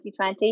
2020